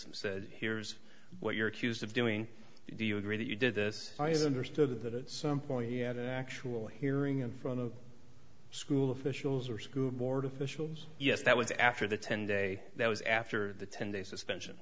and said here's what you're accused of doing do you agree that you did this is understood that at some point he had actual hearing in front of school officials or school board officials yes that was after the ten day that was after the ten day suspension